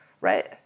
right